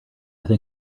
think